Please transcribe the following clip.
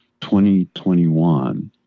2021